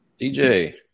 DJ